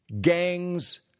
gangs